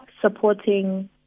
supporting